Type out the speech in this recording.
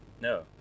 No